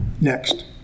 Next